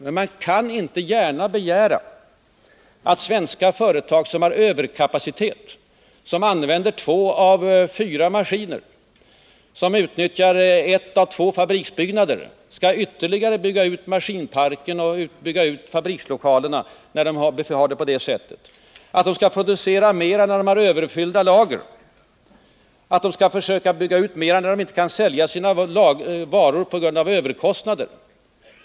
Men man kan inte gärna begära att svenska företag som har överkapacitet, som använder två av fyra maskiner, som utnyttjar en av två fabriksbyggnader, skall ytterligare bygga ut maskinparken och fabrikslokalerna när de har det på det sättet, att de skall producera mera när de redan har överfyllda lager, att de skall försöka bygga ut mera när de inte kan sälja sina varor på grund av överkostnader.